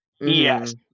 Yes